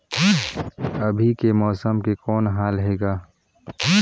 अभी के मौसम के कौन हाल हे ग?